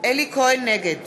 נגד